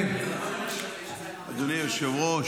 כי אתה יודע מה זה להיות ימני,